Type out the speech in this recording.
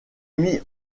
mit